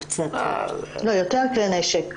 לא, יותר כלי נשק.